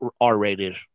r-rated